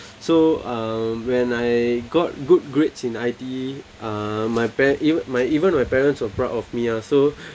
so uh when I got good grades in I_T_E my par~ even my even my parents are proud of me ah so